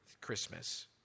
Christmas